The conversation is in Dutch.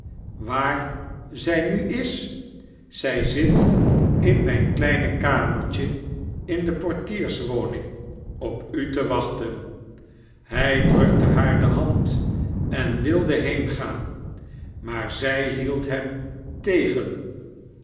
waar zij au is zij zit in mijn kleine kamertje in de portierswoning op u to wachtea hij drukte haar de hand en wilde heengaan maar zij hield hem tegen